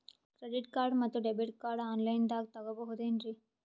Credit card ಮತ್ತು debit card ಆನ್ ಲೈನಾಗ್ ತಗೋಬಹುದೇನ್ರಿ?